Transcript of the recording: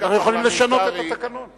אנחנו יכולים לשנות את התקנון.